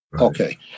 Okay